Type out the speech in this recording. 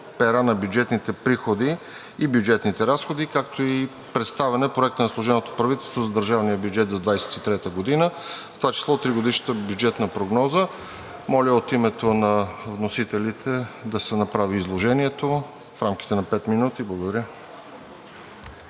пера на бюджетните приходи и бюджетните разходи, както и представяне Проекта на служебното правителство за държавния бюджет за 2023 г., в това число тригодишната бюджетна прогноза. Моля от името на вносителите да се направи изложението в рамките на пет минути. Благодаря.